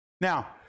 Now